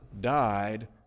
died